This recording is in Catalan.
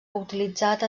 utilitzat